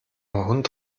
hund